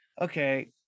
okay